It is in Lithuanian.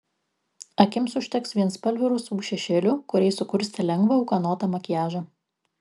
akims užteks vienspalvių rusvų šešėlių kuriais sukursite lengvą ūkanotą makiažą